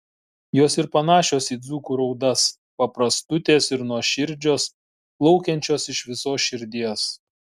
jos ir panašios į dzūkų raudas paprastutės ir nuoširdžios plaukiančios iš visos širdies